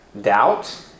Doubt